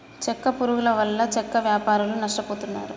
చెక్క పురుగుల వల్ల చెక్క వ్యాపారులు నష్టపోతున్నారు